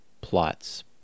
plots